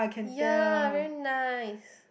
ya very nice